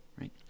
right